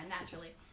naturally